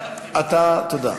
אתה, תודה.